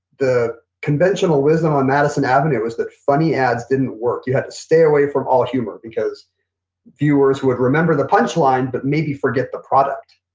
the conventional wisdom on madison avenue was that funny ads didn't work. you had to stay away from all humor, because viewers would remember the punch line, but maybe forget the product.